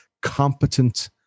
competent